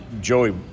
Joey